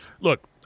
look